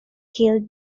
killed